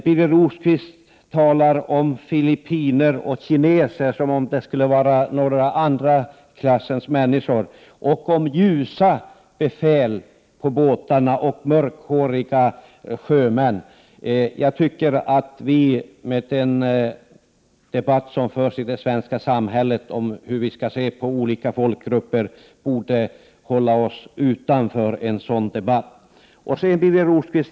Birger Rosqvist talar om filippinare och kineser som om det skulle vara några andra klassens människor, och han pratar om ljusa befäl och mörkhåriga sjömän på båtarna. Utifrån den debatt som förs i det svenska samhället om hur vi skall se på olika folkgrupper tycker jag att vi borde hålla oss borta från en sådan debattnivå.